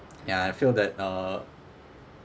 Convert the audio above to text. ya I feel that uh